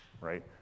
right